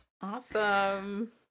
Awesome